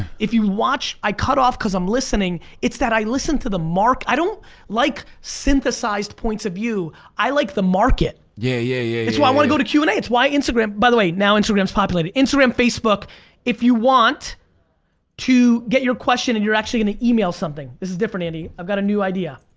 if you watch, i cut off cause i'm listening it's that i listen to the mark, i don't like synthesized points of view. i like the market. yeah yeah, yeah. it's why i want to go to q and a. it's why instagram, by the way now instagram is populated, instagram facebook if you want to get your question and you're actually gonna email something. this is different andy, i've got a new idea.